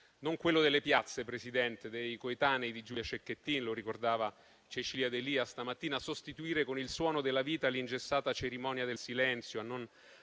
non quello delle piazze, Presidente, dei coetanei di Giulia Cecchettin (lo ricordava Cecilia D'Elia stamattina): occorre sostituire con il suono della vita l'ingessata cerimonia del silenzio, non